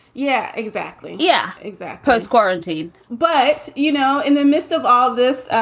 yeah, exactly. yeah. exact post quarantine but, you know, in the midst of all of this,